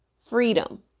freedom